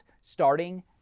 starting